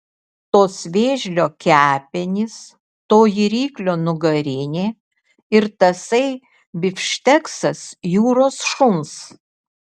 tos vėžlio kepenys toji ryklio nugarinė ir tasai bifšteksas jūros šuns